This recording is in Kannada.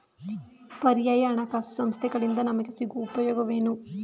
ಪರ್ಯಾಯ ಹಣಕಾಸು ಸಂಸ್ಥೆಗಳಿಂದ ನಮಗೆ ಸಿಗುವ ಉಪಯೋಗವೇನು?